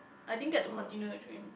I didn't get to continue the dream